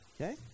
Okay